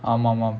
ஆமா மா:aamaa maa